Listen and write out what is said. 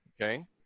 Okay